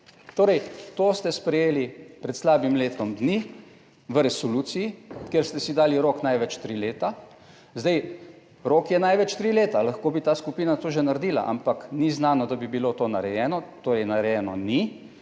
Torej, to ste sprejeli pred slabim letom dni, v resoluciji, kjer ste si dali rok največ tri leta. Zdaj, rok je največ tri leta, lahko bi ta skupina to že naredila, ampak ni znano, da bi bilo to narejeno. Torej narejeno ni